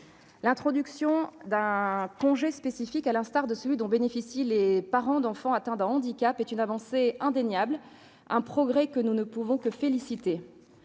L'introduction d'un congé spécifique, à l'instar de celui dont bénéficient les parents d'enfants atteints d'un handicap, est une avancée indéniable, un progrès dont nous ne pouvons que nous féliciter.